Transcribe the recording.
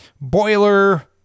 boiler